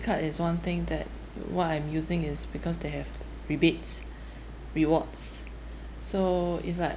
card is one thing that why I'm using is because they have rebates rewards so it's like